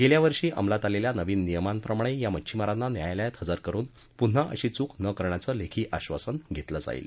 गेल्यावर्षी अंमलात आलेल्या नवीन नियमांप्रमाणे या मच्छीमारांना न्यायालयात हजर करून पुन्हा अशी चूक न करण्याचं लेखी आश्वासन घेतलं जाईल